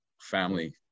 family